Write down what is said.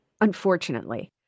unfortunately